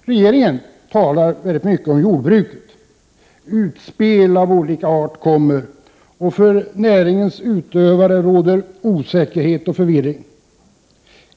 Regeringen talar mycket om jordbruket. Utspel av olika art görs, och för näringens utövare råder osäkerhet och förvirring.